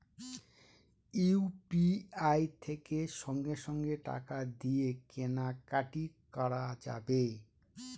UPI থেকে সঙ্গে সঙ্গে টাকা দিয়ে কেনা কাটি করা যাবে